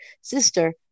sister